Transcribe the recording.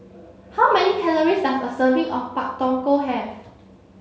how many calories does a serving of Pak Thong Ko have